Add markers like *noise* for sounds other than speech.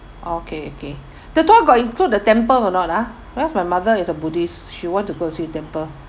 okay okay *breath* the tour got include the temple or not ah because my mother is a buddhist she want to go to visit the temple